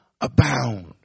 abound